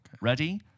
Ready